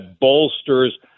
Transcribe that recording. bolsters